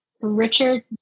Richard